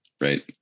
right